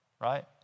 right